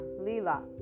Lila